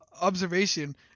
observation